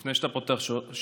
לפני שאתה פותח שעון,